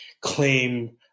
claim